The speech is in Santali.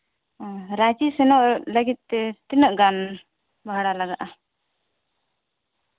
ᱚᱸᱻ ᱨᱟᱸᱪᱤ ᱥᱮᱱᱚᱜ ᱞᱟᱹᱜᱤᱫ ᱛᱮ ᱛᱤᱱᱟᱹᱜ ᱜᱟᱱ ᱵᱷᱟᱲᱟ ᱞᱟᱜᱟᱜᱼᱟ